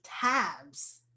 tabs